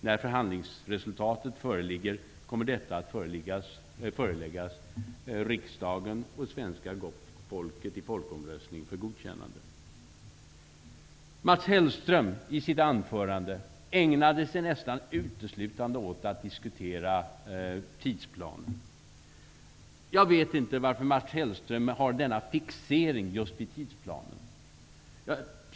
När förhandlingsresultatet föreligger kommer detta att föreläggas riksdagen och svenska folket i folkomröstning för godkännande. Mats Hellström ägnade sig i sitt anförande nästan uteslutande åt att diskutera tidsplanen. Jag vet inte varför Mats Hellström har denna fixering just vid tidsplanen.